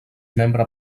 membre